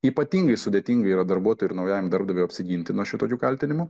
ypatingai sudėtinga yra darbuotojui ir naujajam darbdaviui apsiginti nuo šitokių kaltinimų